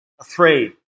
afraid